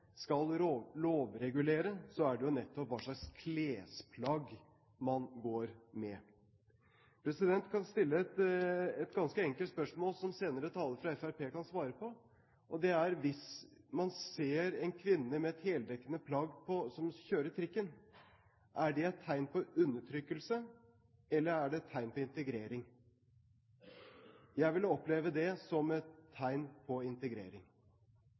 skal lovregulere, er det jo nettopp hva slags klesplagg man går med. Jeg kan stille et ganske enkelt spørsmål som senere talere fra Fremskrittspartiet kan svare på, og det er: Hvis man ser en kvinne med et heldekkende plagg som kjører trikken, er det et tegn på undertrykkelse, eller er det et tegn på integrering? Jeg ville oppleve det som et tegn på integrering.